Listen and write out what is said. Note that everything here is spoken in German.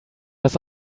das